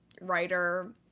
writer